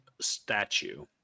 statue